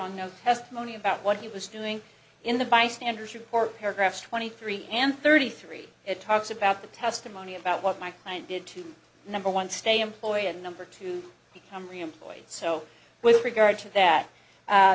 no testimony about what he was doing in the bystanders report paragraphs twenty three and thirty three it talks about the testimony about what my client did to number one stay employer number two become reemployed so with regard to that